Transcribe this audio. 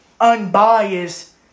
unbiased